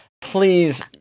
Please